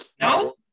No